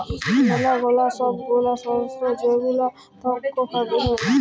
ম্যালা গুলা সব গুলা সর্স যেগুলা থাক্যে ফান্ডিং এ